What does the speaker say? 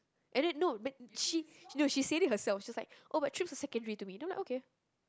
and then no but she no she said it herself she was like oh but trips are secondary to me then I'm like okay